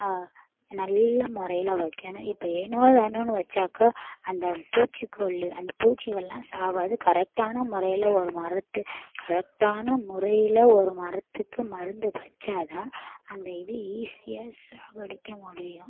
நல்ல முறையில வைக்கணும் இப்போ ஏனோ தானோன்னு வைச்சாக்கா அந்த பூச்சிக்கொல்லி அந்த பூச்சிகளெலாம் சாகாது கரெட்டான முறையில ஒரு மருந்து கரெக்டான முறையில் ஒரு மரத்துக்கு மருந்து வைச்சாதான் அந்த இது ஈஸியாக சாகடிக்க முடியும்